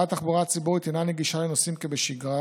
שבה התחבורה הציבורית אינה נגישה לנוסעים כבשגרה,